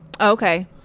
Okay